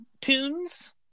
tunes